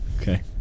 Okay